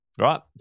right